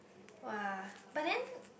!wah! but then